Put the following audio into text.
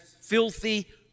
filthy